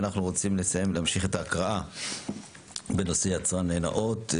ואנחנו רוצים לסיים ולהמשיך את ההקראה בנושא יצרן נאות.